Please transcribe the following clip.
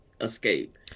escape